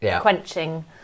quenching